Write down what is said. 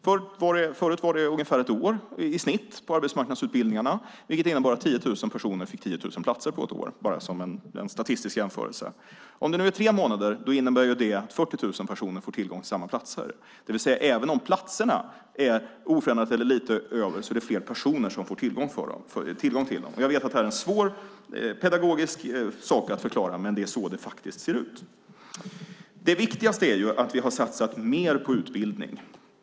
Förut var arbetsmarknadsutbildningarna ungefär ett år i snitt, vilket innebar att 10 000 personer fick 10 000 platser på ett år - jag säger detta bara som en statistisk jämförelse. Om utbildningarna nu är tre månader innebär det att 40 000 personer får tillgång till samma platser, det vill säga även om antalet platser är oförändrat, eller det är lite över, är det fler personer som får tillgång till dem. Jag vet att det här är svårt att förklara pedagogiskt, men det är faktiskt så det ser ut. Det viktigaste är att vi har satsat mer på utbildning.